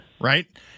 right